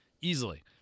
easily